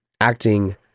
acting